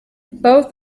both